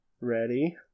Ready